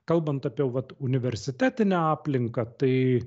kalbant apie vat universitetinę aplinką tai